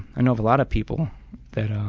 and know of a lot of people that